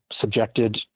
subjected